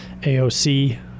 AOC